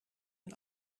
een